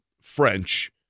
French